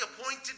appointed